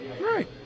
Right